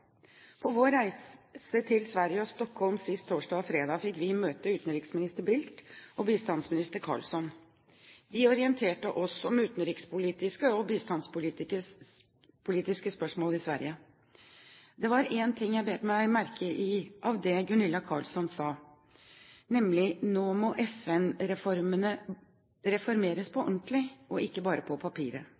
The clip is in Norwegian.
På vår reise til Sverige og Stockholm sist torsdag og fredag fikk vi møte utenriksminister Bildt og bistandsminister Carlsson. De orienterte oss om utenrikspolitiske og bistandspolitiske spørsmål i Sverige. Det var én ting jeg bet meg merke i av det Gunilla Carlsson sa, nemlig at nå må FN reformeres på ordentlig, og ikke bare på papiret.